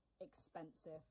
expensive